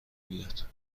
بیاد